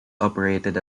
operated